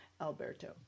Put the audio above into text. Alberto